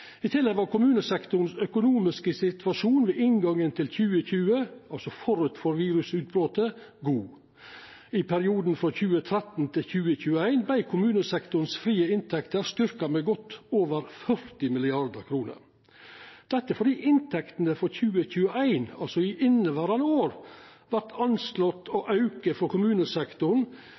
I tillegg var den økonomiske situasjonen til kommunesektoren ved inngangen til 2020, altså forut for virusutbrotet, god. I perioden frå 2013 til 2021 vart dei frie inntektene til kommunesektoren styrkte med godt over 40 mrd. kr – dette fordi inntektene for 2021, altså inneverande år, vart anslått å auka for kommunesektoren